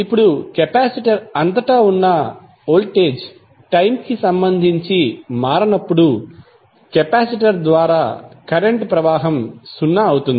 ఇప్పుడు కెపాసిటర్ అంతటా ఉన్న వోల్టేజ్ టైమ్ కి సంబంధించి మారనప్పుడు కెపాసిటర్ ద్వారా కరెంట్ ప్రవాహం సున్నా అవుతుంది